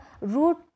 root